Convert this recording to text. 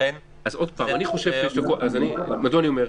מדוע אני אומר?